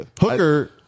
Hooker